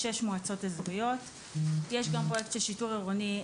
חמש מועצות אזוריות כבר עובדות,